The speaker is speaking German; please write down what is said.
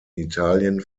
italien